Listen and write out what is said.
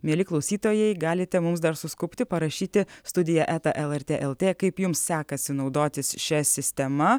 mieli klausytojai galite mums dar suskubti parašyti studija eta lrt lt kaip jums sekasi naudotis šia sistema